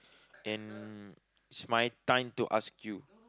and it's my time to ask you